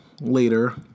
later